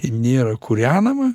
nėra kūrenama